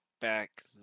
back